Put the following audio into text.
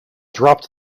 dropped